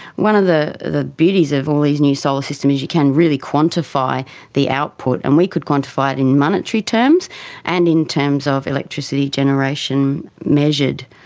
one of the the beauties of all these new solar systems is you can really quantify the output, and we could quantify it in monetary terms and in terms of electricity generation measured.